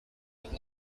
would